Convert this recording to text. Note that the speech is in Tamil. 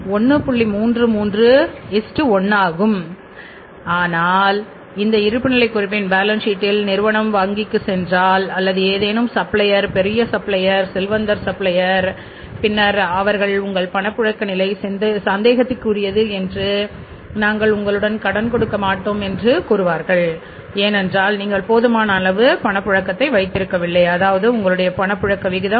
இது கட்டைவிரலின் விதி தம்ப் ரூல் பின்னர் அவர்கள் உங்கள் பணப்புழக்க நிலை சந்தேகத்திற்குரியது என்று நாங்கள் உங்களுக்கு கடன் கொடுக்க முடியாது என்று கூறுவார்கள் ஏனென்றால் நீங்கள் போதுமான அளவு பணப்புழக்கத்தையும் வைத்திருக்கவில்லை அதாவது உங்களுடைய பணப்புழக்கம் விகிதம்1